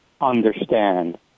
understand